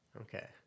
Okay